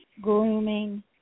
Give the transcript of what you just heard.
Grooming